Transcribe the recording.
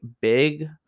big